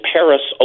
Paris